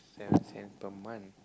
seven cents per month